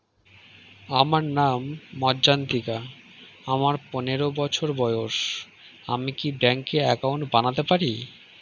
আমার নাম মজ্ঝন্তিকা, আমার পনেরো বছর বয়স, আমি কি ব্যঙ্কে একাউন্ট বানাতে পারি?